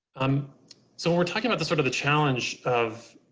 um so we're talking about the sort of the challenge of,